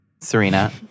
Serena